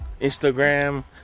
Instagram